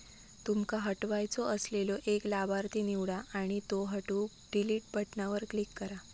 तुमका हटवायचो असलेलो एक लाभार्थी निवडा आणि त्यो हटवूक डिलीट बटणावर क्लिक करा